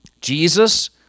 Jesus